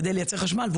כדי לייצר חשמל,